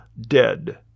dead